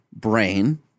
brain